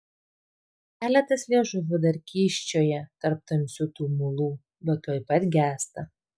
keletas liežuvių dar kyščioja tarp tamsių tumulų bet tuoj pat gęsta